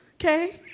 okay